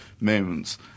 moments